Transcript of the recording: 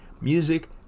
music